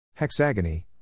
Hexagony